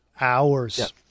Hours